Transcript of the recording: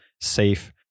safe